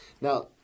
Now